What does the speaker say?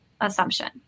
assumption